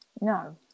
no